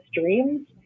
dreams